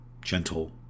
gentle